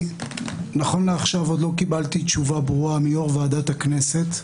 נכון לעכשיו עוד לא קיבלתי תשובה ברורה מיושב-ראש ועדת הכנסת,